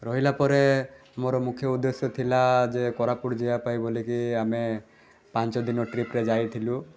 ରହିଲା ପରେ ମୋର ମୁଖ୍ୟ ଉଦ୍ଦେଶ୍ୟ ଥିଲା ଯେ କୋରାପୁଟ ଯିବାପାଇଁ ବୋଲିକି ଆମେ ପାଞ୍ଚଦିନ ଟ୍ରିପରେ ଯାଇଥିଲୁ